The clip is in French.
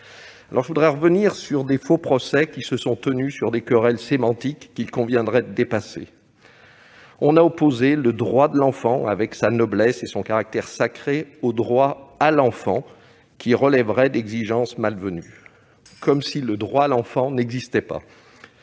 convaincantes. De faux procès se sont tenus sur des querelles sémantiques qu'il conviendrait de dépasser. On a opposé le droit de l'enfant, avec sa noblesse et son caractère sacré, au droit à l'enfant, qui relèverait d'une exigence malvenue. Comme si le droit à l'enfant n'existait pas